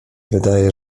wydaje